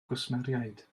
gwsmeriaid